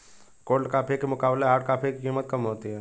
cold coffee के मुकाबले hot coffee की कीमत कम होती है